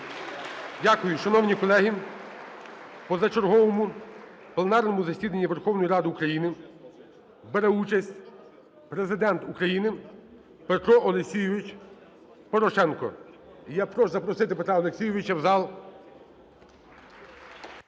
Дякую. Шановні колеги! У позачерговому пленарному засіданні Верховної Ради України бере участь Президент України Петро Олексійович Порошенко. І я прошу запросити Петра Олексійовича в зал.